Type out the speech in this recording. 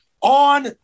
on